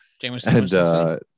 Jameson